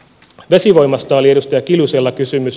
vesivoimasta oli edustaja kiljusella kysymys